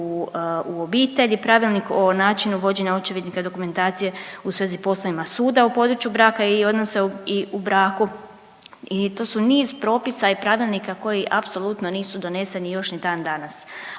u obitelji, pravilnik o načinu vođenja očevidnika, dokumentacije u svezi poslovima suda u području braka i odnosa u braku i to su niz propisa i pravilnika koji apsolutno nisu doneseni još ni danas.